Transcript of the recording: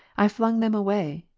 i flung them away,